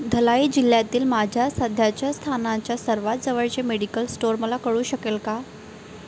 धलाई जिल्ह्यातील माझ्या सध्याच्या स्थानाच्या सर्वात जवळचे मेडिकल स्टोअर मला कळू शकेल का